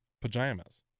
pajamas